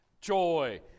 joy